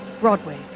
Broadway